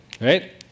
Right